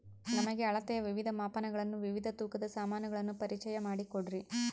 ನಮಗೆ ಅಳತೆಯ ವಿವಿಧ ಮಾಪನಗಳನ್ನು ವಿವಿಧ ತೂಕದ ಸಾಮಾನುಗಳನ್ನು ಪರಿಚಯ ಮಾಡಿಕೊಡ್ರಿ?